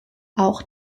auch